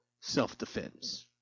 self-defense